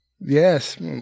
Yes